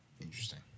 Interesting